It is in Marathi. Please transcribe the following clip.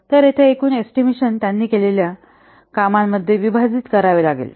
तर येथे एकूण एस्टिमेशन त्यांनी केलेल्या त्यांनी केलेल्या कामांमध्ये विभाजित करावे लागतील